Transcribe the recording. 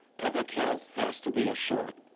public health has to be assured.